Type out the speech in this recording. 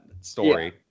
story